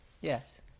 Yes